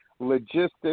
logistics